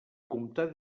comptar